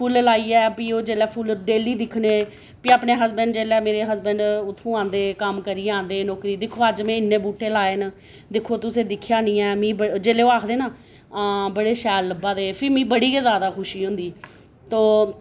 फुल्ल लाइयै फ्ही ओह् जेह्लै फुल्ल डेली दिक्खने फ्ही अपने हसबैंड जेल्लै मेरे हसबैंड उत्थूं आंदे कम्म करियै आंदे नौकरी दिक्खो में अज्ज किन्ने बूह्टे लाए दिक्खो तुसें दिक्खेआ नेईं ऐ जेहल्लै ओह् आखदे ना बड़े शैल लब्भै फ्ही मिगी बड़ी गै जैदा खुशी होंदी तो